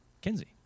Kenzie